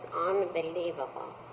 unbelievable